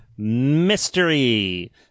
mystery